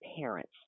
parents